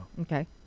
Okay